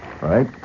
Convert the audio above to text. right